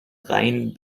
rein